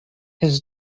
his